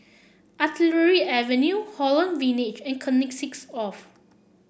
Artillery Avenue Holland Village and Connexis Of